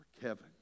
Kevin